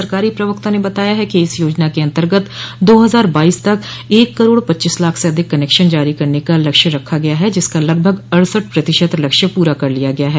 सरकारी प्रवक्ता ने बताया है कि इस योजना के अन्तर्गत दो हजार बाईस तक एक करोड़ पच्चीस लाख से अधिक कनेक्शन जारी करने का लक्ष्य रखा गया है जिसका लगभग अड़सठ प्रतिशत लक्ष्य पूरा कर लिया गया है